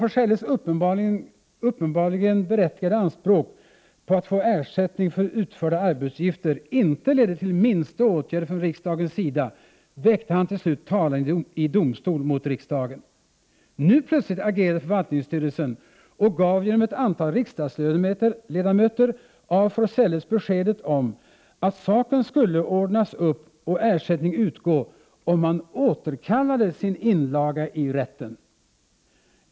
När Olof af Forselles uppenbarligen berättigade anspråk på att få ersättning för utförda arbetsuppgifter inte ledde till minsta åtgärd från rikdagens sida, väckte han till slut talan i domstol mot riksdagen. Nu plötsligt agerade förvaltningsstyrelsen och gav genom ett antal riksdagsledamöter af Forselles beskedet att saken skulle ordnas upp och ersättning utgå, om han återkallade sin inlaga i rätten.